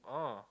oh